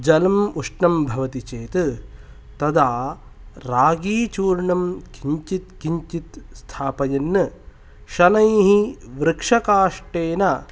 जलम् उष्णं भवति चेत् तदा रागीचूर्णं किञ्चित् किञ्चित् स्थापयन् शनैः वृक्षकाष्ठेन